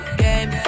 game